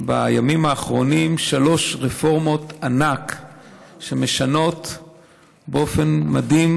בימים האחרונים שלוש רפורמות ענק שמשנות באופן מדהים: